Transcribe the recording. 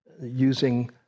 using